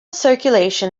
circulation